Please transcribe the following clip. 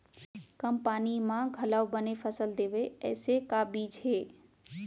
कम पानी मा घलव बने फसल देवय ऐसे का बीज हे?